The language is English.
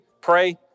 pray